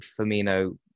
Firmino